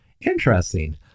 Interesting